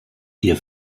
ihr